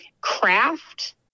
craft